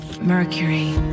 Mercury